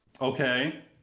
okay